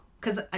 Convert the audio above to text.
Cause